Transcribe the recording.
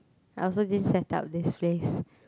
I also didn't set up this place